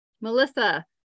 Melissa